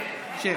שב, שב, שב.